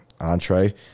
entree